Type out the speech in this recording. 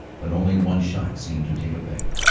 but only one shot seemed to take effect,